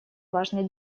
важной